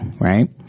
Right